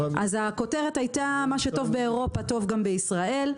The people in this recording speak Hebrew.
הכותרת היתה מה שטוב באירופה טוב גם בישראל.